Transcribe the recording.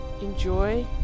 enjoy